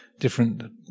different